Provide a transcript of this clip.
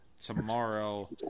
tomorrow